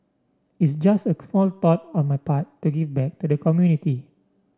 it's just a small thought on my part to give back to the community